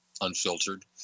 unfiltered